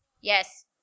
Yes